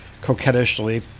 coquettishly